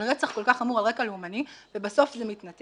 על רצח כל כך חמור על רקע לאומני ובסוף זה מתנתק.